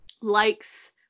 likes